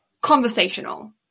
conversational